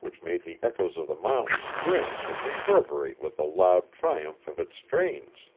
which made the echoes of the mountains ring and reverberate with the loud triumph of its strains